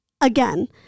again